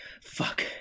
fuck